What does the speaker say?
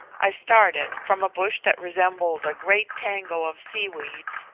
i started from a bush that resembled a great tangle of sea-weeds,